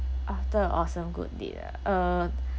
after awesome good deed ah uh